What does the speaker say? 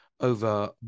over